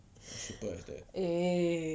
eh